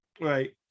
right